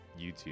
YouTube